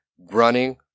running